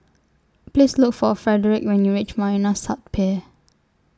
Please Look For Frederick when YOU REACH Marina South Pier